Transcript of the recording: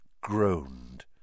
groaned